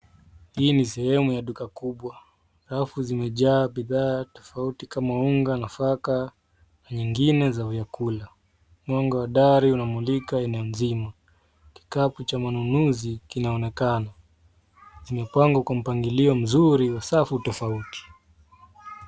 Hii ni sehemu ya duka kubwa. Rafu zimejaa bidhaa tofauti kama unga nafaka na nyigine za vyakula. Mwanga wa dari inamulika eneo mzima. Kikapu cha mnunuzi kinaonekana. Kimepangwa kwa mpagilio mzuri kwa safu tofauti.